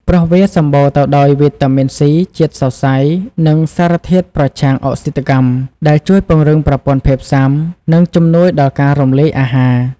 ព្រោះវាសម្បូរទៅដោយវីតាមីន ស៊ី ជាតិសរសៃ និងសារធាតុប្រឆាំងអុកស៊ីតកម្ ដែលជួយពង្រឹងប្រព័ន្ធភាពស៊ាំ និងជំនួយដល់ការរំលាយអាហារ។